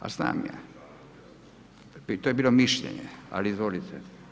Pa znam ja, to je bilo mišljenje, ali izvolite.